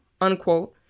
unquote